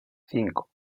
cinco